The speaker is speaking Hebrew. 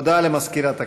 הודעה למזכירת הכנסת.